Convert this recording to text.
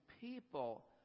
people